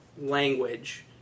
language